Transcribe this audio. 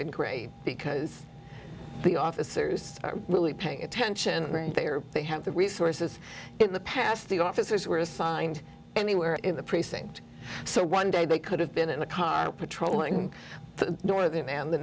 been great because the officers are really paying attention and they are they have the resources in the past the officers were assigned anywhere in the precinct so one day they could have been in a car patrolling the northern